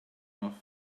off